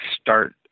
start